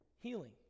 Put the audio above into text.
healing